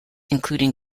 including